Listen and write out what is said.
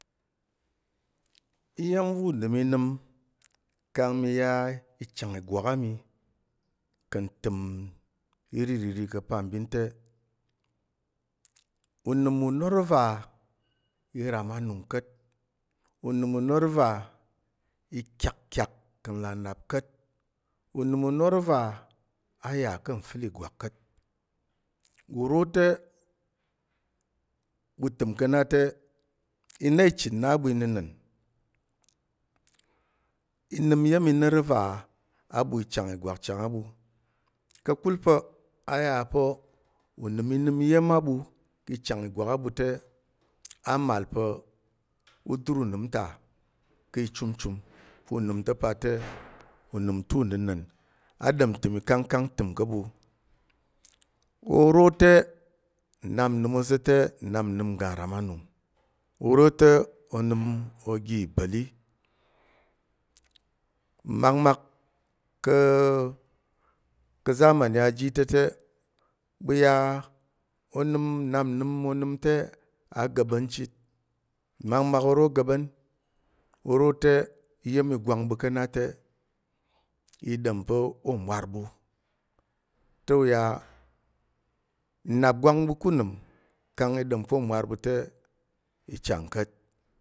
Iya̱m va̱ unəm i nəm kang mi ya i chang ìgwak a mi ka̱ ntəm iriri ka̱ pambin te unəm u noro va i ram anung ka̱t, unoro va i kikyak ka̱ nlà nnap nlà ka̱t. Unəm u noro va a yà ka̱ nfəl ìgwak ka̱t, uro te ɓu təm ka̱ na te. i na ichən na a ɓu inəna̱n. I nəm iya̱m noro va a ɓu chang ìgwak chang a ɓu ka̱kul pa̱ a yà pa̱ unəm i nəm iya̱m a ɓu te a màl u dər unəm nta ki ichumchum pu unəm to pa te, unəm ta̱ unəna̱n a ɗom ntəm ikangkang təm ka̱ ɓu. Oro te nnap nnəm oza̱ te nnap nnəm ngga nram anung, oro te onəm ogi iba̱li. Mmakmak ka̱ zamani a ji yi ta̱ te, ɓu ya onəm nnap nnəm onəm te a ga̱ɓa̱n chit, mmakmak oro ga̱ɓa̱n uro te iya̱m i gwang ɓu ka̱ na te i ɗom pa̱ o mwar ɓu te uya, nnap gwang ɓu ku nəm kang i ɗom pa̱ o mwar ɓu te i chang ka̱t.